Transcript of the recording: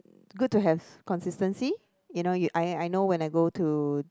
good to have consistency you know I know when I go to